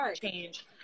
change